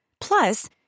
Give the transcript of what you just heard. Plus